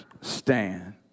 stand